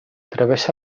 travessa